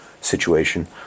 situation